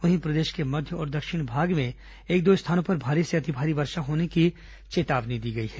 वहीं प्रदेश के मध्य और दक्षिण भाग में एक दो स्थानों पर भारी से अति भारी वर्षा होने की चेतावनी दी गई है